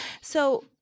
So-